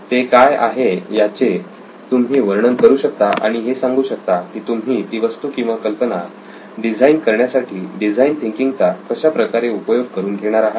ते काय आहे याचे तुम्ही वर्णन करू शकता आणि हे सांगू शकता की तुम्ही ती वस्तू किंवा कल्पना डिझाईन करण्यासाठी डिझाईन थिंकिंग चा कशा प्रकारे उपयोग करून घेणार आहात